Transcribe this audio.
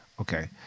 Okay